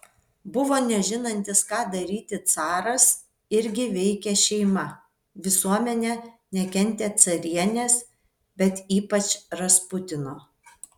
buvo nežinantis ką daryti caras irgi veikė šeima visuomenė nekentė carienės bet ypač rasputino